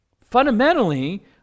Fundamentally